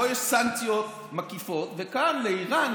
פה יש סנקציות מקיפות, וכאן, לאיראן,